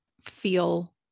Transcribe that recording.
feel